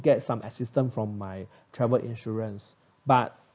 get some assistance from my travel insurance but